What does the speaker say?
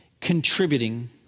contributing